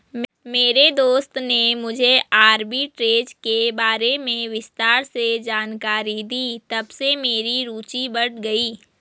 मेरे दोस्त ने मुझे आरबी ट्रेज़ के बारे में विस्तार से जानकारी दी तबसे मेरी रूचि बढ़ गयी